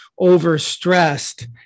overstressed